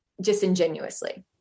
disingenuously